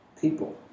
people